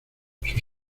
sus